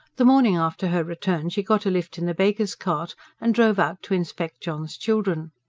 the morning after her return, she got a lift in the baker's cart and drove out to inspect john's children.